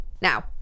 Now